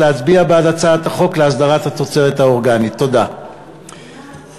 הצעת חוק להסדרת תוצרת אורגנית (תיקון מס' 2),